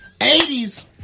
80s